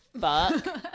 fuck